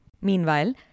Meanwhile